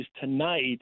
tonight